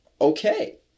Okay